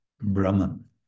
brahman